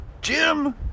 Jim